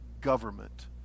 government